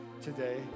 today